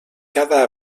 cada